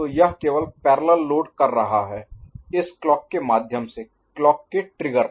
तो यह केवल पैरेलल लोड कर रहा है इस क्लॉक के माध्यम से क्लॉक के ट्रिगर पर